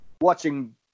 watching